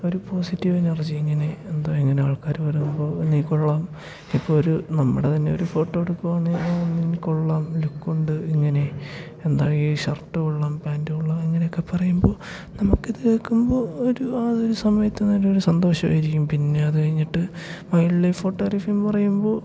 ഒരു positive energy ഇങ്ങനെ എന്തോ ഇങ്ങനെ ആൾക്കാർ പറയുമ്പോൾ നീ കൊള്ളാം ഇപ്പോൾ ഒരു നമ്മുടെ തന്നെ ഒരു ഫോട്ടോ എടുക്കുകയാണ് നീ കൊള്ളാം ലുക്കുണ്ട് ഇങ്ങനെ എന്താ ഈ ഷർട്ട് കൊള്ളാം പാൻ്റ് കൊള്ളാം അങ്ങനെയൊക്കെ പറയുമ്പോൾ നമുക്കിത് കേൾക്കുമ്പോൾ ഒരു അതൊരു സമയത്ത് നല്ലൊരു സന്തോഷമായിരിക്കും പിന്നെ അതു കഴിഞ്ഞിട്ട് വൈൽഡ് ലൈഫ് ഫോട്ടോഗ്രാഫിയെന്നു പറയുമ്പോൾ